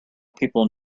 people